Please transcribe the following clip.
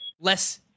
less